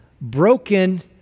broken